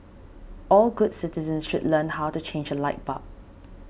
all good citizens should learn how to change a light bulb